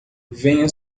venha